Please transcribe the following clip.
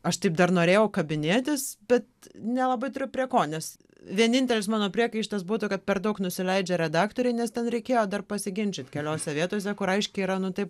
aš taip dar norėjau kabinėtis bet nelabai turiu prie ko nes vienintelis mano priekaištas būtų kad per daug nusileidžia redaktorei nes ten reikėjo dar pasiginčyt keliose vietose kur aiškiai yra nu taip